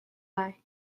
lai